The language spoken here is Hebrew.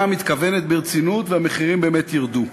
מתכוונת ברצינות והמחירים באמת ירדו.